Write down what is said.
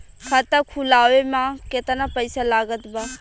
खाता खुलावे म केतना पईसा लागत बा?